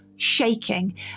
shaking